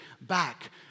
back